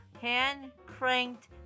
hand-cranked